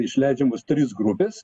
išleidžiamos trys grupės